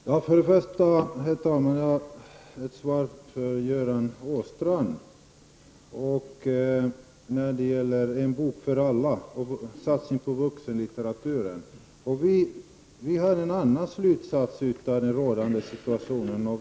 Herr talman! Först vill jag svara Göran Åstrand när det gäller En bok för alla och satsningen på vuxenlitteratur. Vi drar en annan slutsats av dagens situation.